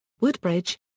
Woodbridge